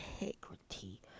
integrity